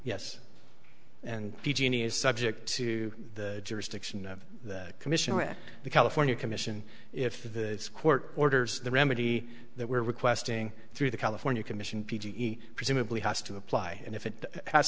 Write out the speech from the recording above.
is subject to the jurisdiction of the commissioner of the california commission if the court orders the remedy that we're requesting through the california commission p g e presumably has to apply and if it has